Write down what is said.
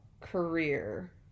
career